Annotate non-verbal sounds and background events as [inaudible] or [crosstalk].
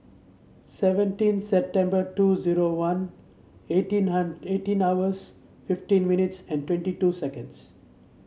seventeen September two zero one eighteen [unintelligible] eighteen hours fifteen minutes and twenty two seconds